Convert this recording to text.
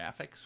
Graphics